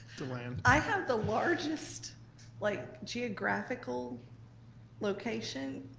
um i have the largest like geographical location.